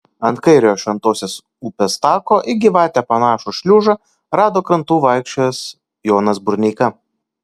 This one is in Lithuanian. ant kairiojo šventosios upės tako į gyvatę panašų šliužą rado krantu vaikščiojęs jonas burneika